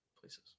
places